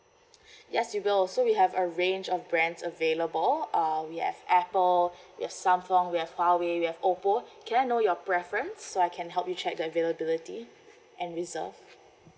yes you will so we have a range of brands available uh we have apple we have samsung we have huawei we have oppo can I know your preference so I can help you check the availability and reserve